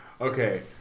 Okay